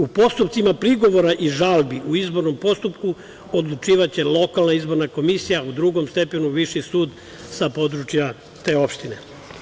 U postupcima prigovora i žalbi u izbornom postupku odlučivaće lokalna izborana komisija, u drugom stepenu Viši sud sa područja te opštine.